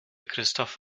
christoph